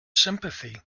sympathy